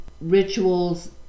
rituals